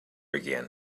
again